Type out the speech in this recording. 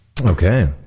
Okay